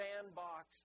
sandbox